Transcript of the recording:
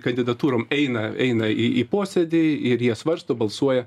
kandidatūrom eina eina į į posėdį ir jie svarsto balsuoja